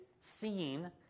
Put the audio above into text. seen